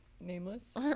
nameless